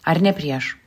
ar ne prieš